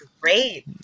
great